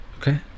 Okay